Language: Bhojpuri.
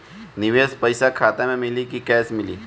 निवेश पइसा खाता में मिली कि कैश मिली?